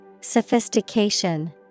Sophistication